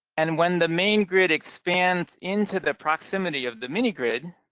and when the main grid expands into the proximity of the mini-grid,